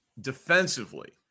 defensively